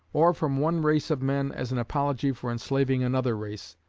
or from one race of men as an apology for enslaving another race,